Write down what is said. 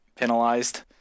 penalized